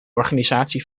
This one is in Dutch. organisatie